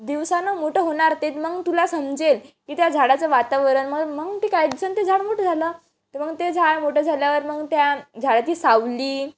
दिवसांनं मोठं होणार ते मग तुला समजेल की त्या झाडाचं वातावरण मग मग ते काय दिवसांनी ते झाड मोठं झालं तर मग ते झाड मोठं झाल्यावर मग त्या झाडाची सावली